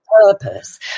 purpose